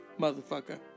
motherfucker